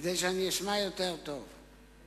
כדי שאשמע טוב יותר.